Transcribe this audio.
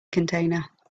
container